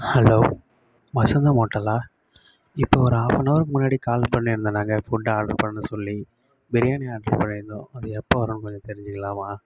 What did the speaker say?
hello Vasantham ஹோட்டலா இப்போது ஒரு ஹாஃப் அண்ட் ஹவர் முன்னாடி கால் பண்ணியிருந்தேன் நாங்கள் ஃபுட்டு ஆர்ட்ரு பண்ண சொல்லி பிரியாணி ஆர்ட்ரு பண்ணியிருந்தோம் அது எப்போ வரும்னு கொஞ்சம் தெரிஞ்சிக்கலாமா